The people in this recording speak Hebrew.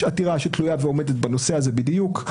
יש עתירה שתלויה ועומדת בנושא הזה בדיוק.